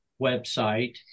website